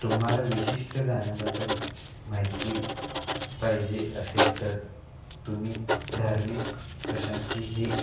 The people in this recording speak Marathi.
तुम्हाला विशिष्ट गाण्याबद्दल माहिती पाहिजे असेल तर तुम्ही धार्मिक प्रशांती ही